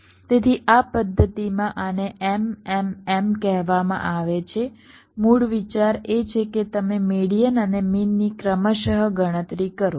તેથી આ પદ્ધતિમાં આને MMM કહેવામાં આવે છે મૂળ વિચાર એ છે કે તમે મેડીઅન અને મીનની ક્રમશ ગણતરી કરો